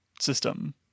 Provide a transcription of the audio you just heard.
system